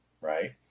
right